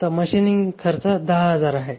तर मशीनिंग खर्च 10000 आहे